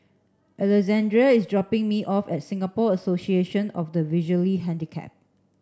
Alexandre is dropping me off at Singapore Association of the Visually Handicapped